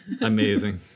Amazing